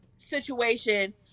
Situation